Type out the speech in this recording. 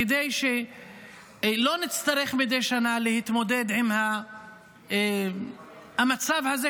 כדי שלא נצטרך מדי שנה להתמודד עם המצב הזה,